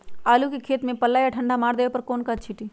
आलू के खेत में पल्ला या ठंडा मार देवे पर कौन खाद छींटी?